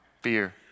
fear